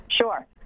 Sure